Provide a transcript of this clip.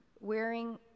wearing